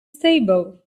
stable